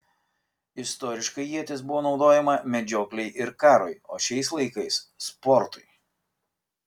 istoriškai ietis buvo naudojama medžioklei ir karui o šiais laikais sportui